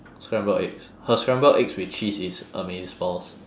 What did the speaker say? scrambled eggs her scrambled eggs with cheese is amazeballs